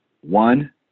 One